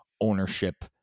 ownership